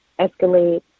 escalate